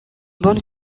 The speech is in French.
bonne